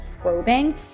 probing